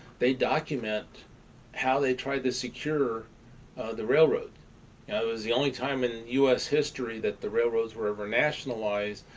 they document how they tried to secure the railroad. it was the only time in us history that the railroads were ever nationalized.